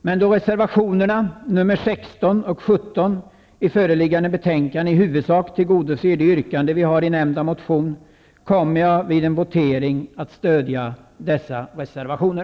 Men då reservationerna nr 16 och 17 i föreliggande betänkande i huvudsak tillgodoser det yrkande vi har i nämnda motion, kommer jag vid en votering att stödja dessa reservationer.